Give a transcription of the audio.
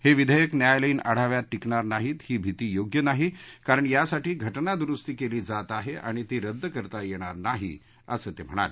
हे विधेयक न्यायालयीन आढाव्यात टिकणार नाहीत ही भिती योग्य नाही कारण यासाठी घटना दुरुस्ती केली जात आहे आणि ती रद्द करता येणार नाही असं ते म्हणाले